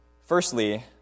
Firstly